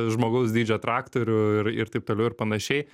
žmogaus dydžio traktorių ir ir taip toliau ir panašiai